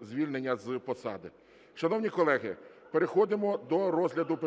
звільнення з посади. Шановні колеги, переходимо до розгляду…